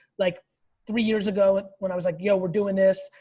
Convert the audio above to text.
like three years ago when i was like, yo, we're doing this.